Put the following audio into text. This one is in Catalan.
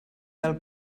del